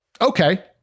Okay